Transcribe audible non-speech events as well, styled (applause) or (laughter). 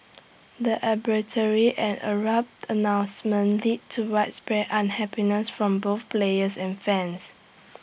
the (unintelligible) and abrupt announcement led to widespread unhappiness from both players and fans